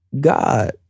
God